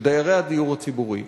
של דיירי הדיור הציבורי,